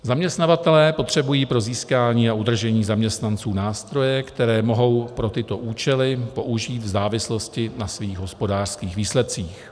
Zaměstnavatelé potřebují pro získání a udržení zaměstnanců nástroje, které mohou pro tyto účely použít v závislosti na svých hospodářských výsledcích.